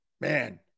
Man